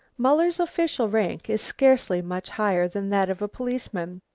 muller's official rank is scarcely much higher than that of a policeman,